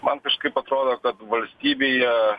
man kažkaip atrodo kad valstybėje